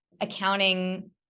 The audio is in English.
accounting